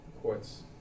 courts